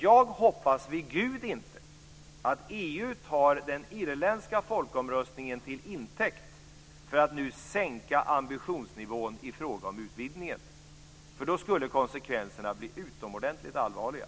Jag hoppas vid Gud att EU inte tar den irländska folkomröstningen till intäkt för att nu sänka ambitionsnivån i fråga om utvidgningen. Då skulle konsekvenserna bli utomordentligt allvarliga.